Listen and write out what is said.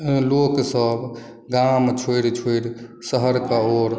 लोकसभ गाम छोड़ि छोड़ि शहरके ओर